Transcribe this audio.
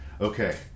okay